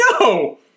No